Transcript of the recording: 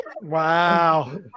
wow